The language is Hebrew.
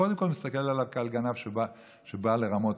קודם כול הוא מסתכל עליו כעל גנב שבא לרמות